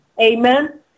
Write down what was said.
Amen